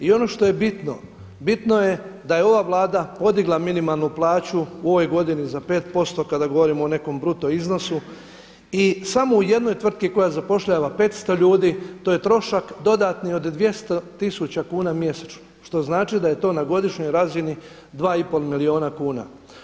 I ono što je bitno, bitno je da je ova Vlada podigla minimalnu plaću u ovoj godini za 5% kada govorimo o nekom bruto iznosu i samo u jednoj tvrtki koja zapošljava 500 ljudi to je trošak dodatni od 200 tisuća kuna mjesečno što znači da je to na godišnjoj razini 2,5 milijuna kuna.